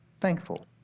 thankful